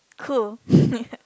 cool